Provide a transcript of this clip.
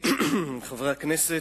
אדוני היושב-ראש, חברי הכנסת,